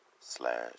slash